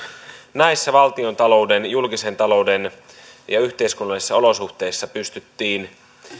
näissä valtiontalouden julkisen talouden ja yhteiskunnallisissa olosuhteissa pystyttiin